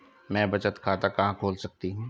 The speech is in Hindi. मैं बचत खाता कहां खोल सकती हूँ?